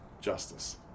justice